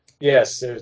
Yes